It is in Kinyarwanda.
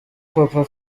papa